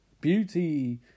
beauty